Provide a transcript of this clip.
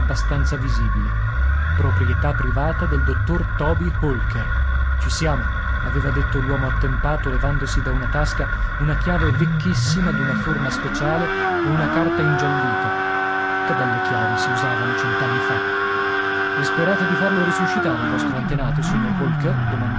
abbastanza visibile proprietà privata del dottor toby holker ci siamo aveva detto l'uomo attempato levandosi da una tasca una chiave vecchissima d'una forma speciale e una carta ingiallita che belle chiavi si usavano cent'anni fa e sperate di farlo risuscitare il vostro antenato signor holker